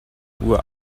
uhr